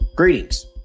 Greetings